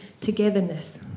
togetherness